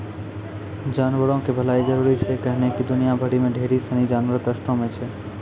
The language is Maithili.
जानवरो के भलाइ जरुरी छै कैहने कि दुनिया भरि मे ढेरी सिनी जानवर कष्टो मे छै